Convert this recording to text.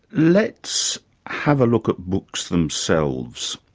let's have a look at books themselves.